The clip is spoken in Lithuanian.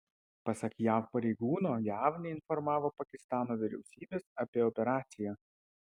pasak jav pareigūno jav neinformavo pakistano vyriausybės apie operaciją